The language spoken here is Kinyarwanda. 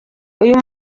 uyu